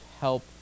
help